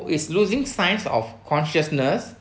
who is losing signs of consciousness